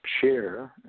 share